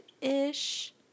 ish